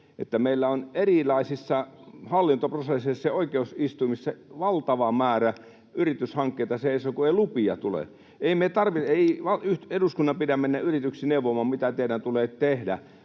meillä erilaisissa hallintoprosesseissa ja oikeusistuimissa valtava määrä yrityshankkeita seisoo, kun ei lupia tule. Ei eduskunnan pidä mennä yrityksiä neuvomaan, mitä heidän tulee tehdä.